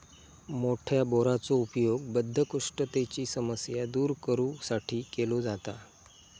मोठ्या बोराचो उपयोग बद्धकोष्ठतेची समस्या दूर करू साठी केलो जाता